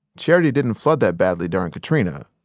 charity didn't flood that badly during katrina,